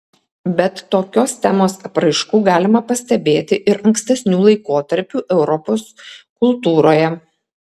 bet tokios temos apraiškų galima pastebėti ir ankstesnių laikotarpių europos kultūroje